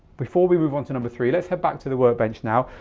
before we move on to number three, let's head back to the workbench now.